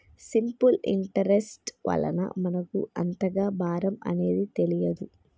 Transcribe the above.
simple interest వలన మనకు అంతగా భారం అనేది తెలియదు